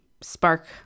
spark